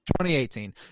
2018